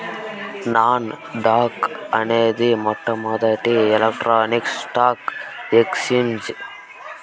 non dock అనేది మొట్టమొదటి electronic stock exchange